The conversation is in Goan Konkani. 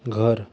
घर